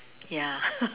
ya